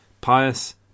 pious